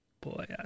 boy